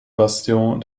bastion